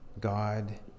God